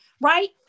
right